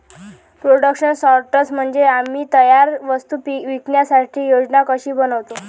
production सॉर्टर म्हणजे आम्ही तयार वस्तू विकण्याची योजना कशी बनवतो